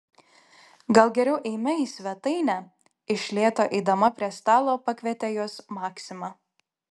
gal geriau eime į svetainę iš lėto eidama prie stalo pakvietė juos maksima